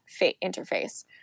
interface